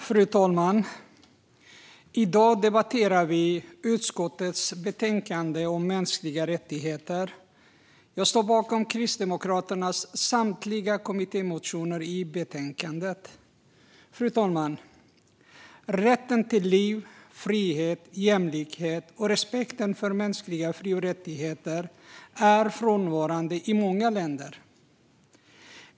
Fru talman! I dag debatterar vi utrikesutskottets betänkande om mänskliga rättigheter. Jag står bakom Kristdemokraternas samtliga kommittémotioner i betänkandet. Fru talman! Rätten till liv, frihet och jämlikhet och respekten för mänskliga fri och rättigheter är frånvarande i många länder.